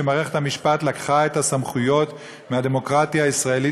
שבה מערכת המשפט לקחה את הסמכויות מהדמוקרטיה הישראלית,